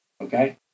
okay